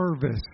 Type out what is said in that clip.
service